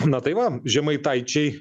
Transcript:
na tai va žemaitaičiai